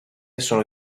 sono